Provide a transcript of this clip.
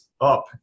up